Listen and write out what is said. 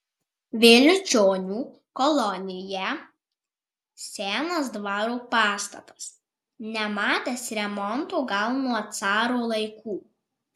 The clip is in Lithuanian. vėliučionių kolonija senas dvaro pastatas nematęs remonto gal nuo caro laikų